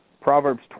Proverbs